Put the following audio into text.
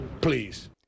please